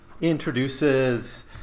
introduces